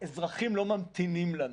אזרחים לא ממתינים לנו.